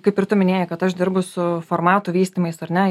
kaip ir tu minėjai kad aš dirbu su formatų vystymais ar ne